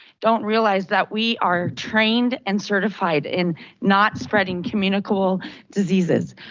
don't realize that we are trained and certified in not spreading communicable diseases.